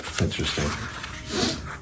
Interesting